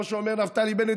כמו שאומר נפתלי בנט,